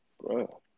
Bro